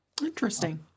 Interesting